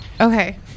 Okay